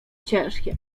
ciężkie